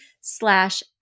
slash